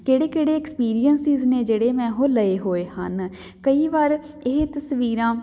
ਕਿਹੜੇ ਕਿਹੜੇ ਐਕਸਪੀਰੀਅੰਸਿਸ ਨੇ ਜਿਹੜੇ ਮੈਂ ਉਹ ਲਏ ਹੋਏ ਹਨ ਕਈ ਵਾਰ ਇਹ ਤਸਵੀਰਾਂ